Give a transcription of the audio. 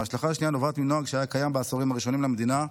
ההשלכה השנייה נובעת מנוהג שהיה קיים בעשורים הראשונים למדינה,